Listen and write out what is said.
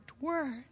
word